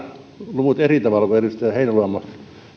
luvut eri tavalla kuin edustaja heinäluoma